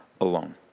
alone